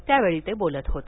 त्यावेळी ते बोलत होते